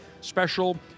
special